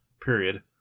Period